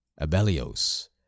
Abelios